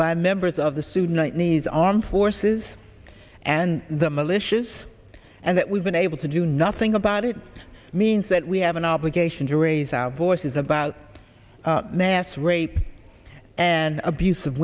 by members of the sudanese armed forces and the militias and that we've been able to do nothing about it means that we have an obligation to raise our voices about mass rape and abuse of